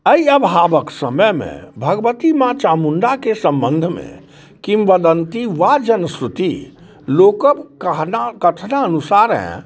अइ अभावक समयमे भगवती माँ चामुण्डाके सम्बन्धमे किम्वदन्ती वा जनश्रुति लोकक कहना कथनानुसारे